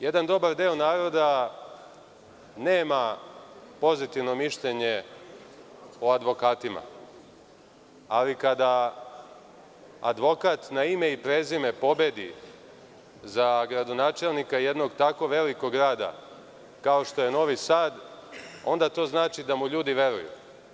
Jedan dobar deo naroda nema pozitivno mišljenje o advokatima, ali kada advokat na ime i prezime pobedi za gradonačelnika jednog tako velikog grada kao što je Novi Sad, onda to znači da mu ljudi veruju.